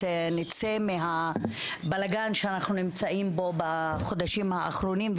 נצא מהבלגן שאנחנו נמצאים בו בחודשים האחרונים,